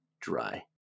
dry